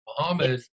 Muhammad